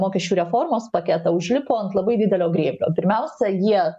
mokesčių reformos paketą užlipo ant labai didelio grėblio pirmiausia jie